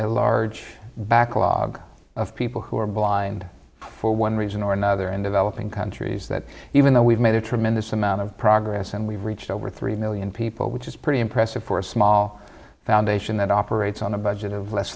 a large backlog of people who are blind for one reason or another in developing countries that even though we've made a tremendous amount of progress and we've reached over three million people which is pretty impressive for a small foundation that operates on a budget of less